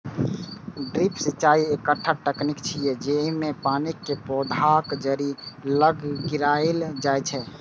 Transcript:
drip सिंचाइ एकटा तकनीक छियै, जेइमे पानि कें पौधाक जड़ि लग गिरायल जाइ छै